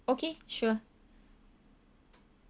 okay sure